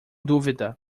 dúvida